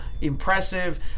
impressive